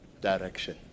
direction